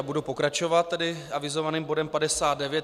Budu pokračovat avizovaným bodem 59.